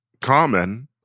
Common